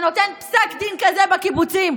שנותן פסק דין כזה בקיבוצים.